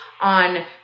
on